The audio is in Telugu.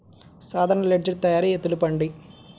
సాధారణ లెడ్జెర్ తయారి తెలుపండి?